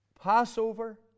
Passover